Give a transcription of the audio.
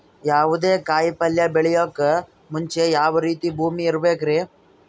ಯಾವುದೇ ಕಾಯಿ ಪಲ್ಯ ಬೆಳೆಯೋಕ್ ಮುಂಚೆ ಯಾವ ರೀತಿ ಭೂಮಿ ಇರಬೇಕ್ರಿ?